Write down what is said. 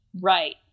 right